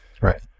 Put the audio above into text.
Right